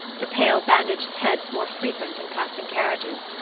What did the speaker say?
the pale bandaged heads more frequent in passing carriages.